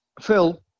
Phil